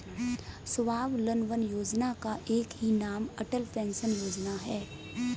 स्वावलंबन योजना का ही नाम अटल पेंशन योजना है